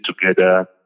together